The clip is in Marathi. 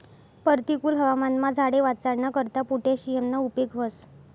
परतिकुल हवामानमा झाडे वाचाडाना करता पोटॅशियमना उपेग व्हस